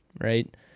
right